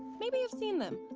maybe you've seen them.